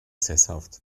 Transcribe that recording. sesshaft